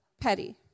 Petty